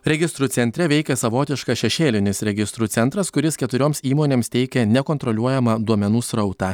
registrų centre veikė savotiškas šešėlinis registrų centras kuris keturioms įmonėms teikė nekontroliuojamą duomenų srautą